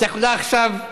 את יכולה עכשיו,